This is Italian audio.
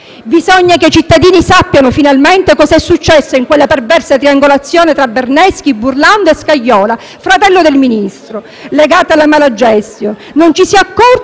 Bisogna che i cittadini sappiano finalmente cosa è successo in quella perversa triangolazione tra Berneschi, Burlando e Scajola, fratello del Ministro, legato alla *mala gestio*. Non ci si è accorti